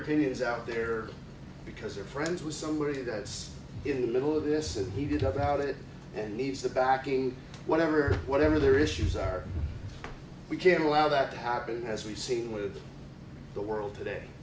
opinions out there because they're friends with somebody that's in the middle of this is heated up about it and needs the backing whatever whatever their issues are we can't allow that to happen as we've seen with the world today